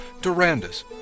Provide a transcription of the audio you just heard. Durandus